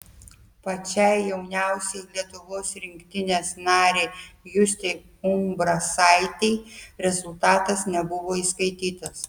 pačiai jauniausiai lietuvos rinktinės narei justei umbrasaitei rezultatas nebuvo įskaitytas